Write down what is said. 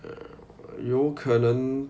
有可能